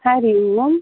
Hari Om